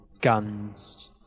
guns